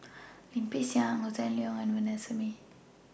Lim Peng Siang Hossan Leong and Vanessa Mae